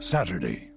Saturday